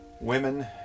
Women